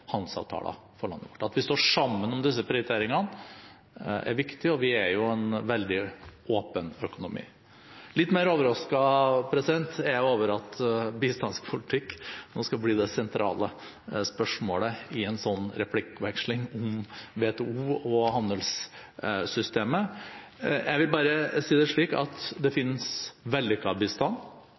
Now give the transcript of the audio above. handelsavtaler for landet. At vi står sammen om disse prioriteringene, er viktig, og vi har jo en veldig åpen økonomi. Litt mer overrasket er jeg over at bistandspolitikk nå skal bli det sentrale spørsmålet i en replikkveksling om WTO og handelssystemet. Jeg vil bare si det slik at det finnes vellykket bistand,